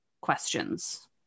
questions